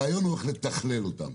הרעיון הוא איך לתכלל אותם